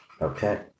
okay